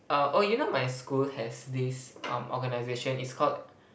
uh oh you know my school has this um organization it's called